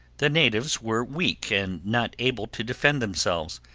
the natives were weak and not able to defend themselves.